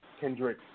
Kendrick